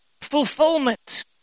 fulfillment